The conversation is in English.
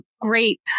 great